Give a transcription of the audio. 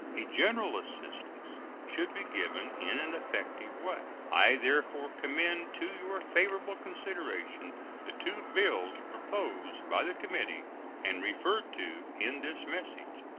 a general assistance should be given in an effective way. i therefore commend to your favorable consideration the two bills proposed by the committee and referred to in this message.